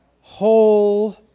whole